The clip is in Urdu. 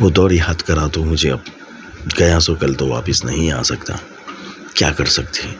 وہ دور یاد کرا تو مجھے اب گیا سو کل تو واپس نہیں آ سکتا کیا کر سکتے ہیں